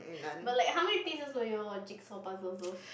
but like how many pieces were your jigsaw puzzle also